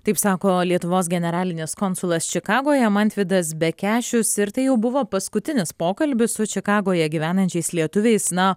taip sako lietuvos generalinis konsulas čikagoje mantvydas bekešius ir tai jau buvo paskutinis pokalbis su čikagoje gyvenančiais lietuviais na